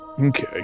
Okay